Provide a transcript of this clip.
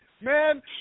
man